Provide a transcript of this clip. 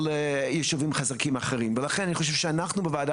או ליישובים חזקים אחרים ולכן אני חושב שאנחנו בוועדה